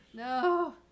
No